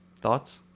Thoughts